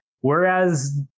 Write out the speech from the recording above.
whereas